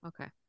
Okay